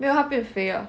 没有他变肥了